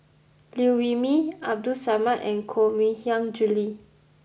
Liew Wee Mee Abdul Samad and Koh Mui Hiang Julie